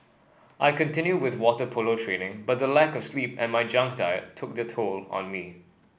I continued with water polo training but the lack of sleep and my junk diet took their toll on me